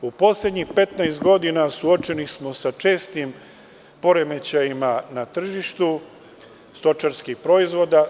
U poslednjih 15 godina, suočeni smo sa čestim poremećajima na tržištu stočarskih proizvoda.